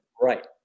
right